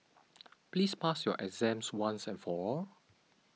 please pass your exams once and for all